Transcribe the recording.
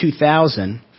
2000